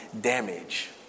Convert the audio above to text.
damage